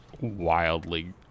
wildly